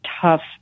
tough